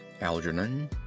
Algernon